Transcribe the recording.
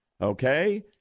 Okay